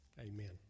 Amen